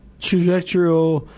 trajectory